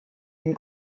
dem